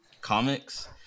comics